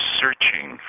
searching